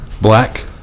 Black